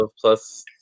Plus